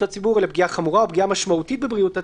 הציבור" אלא "פגיעה חמורה" או "פגיעה משמעותית בבריאות הציבור"